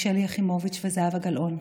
שלי יחימוביץ' וזהבה גלאון.